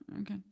Okay